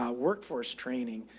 workforce training,